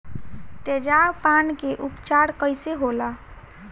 तेजाब पान के उपचार कईसे होला?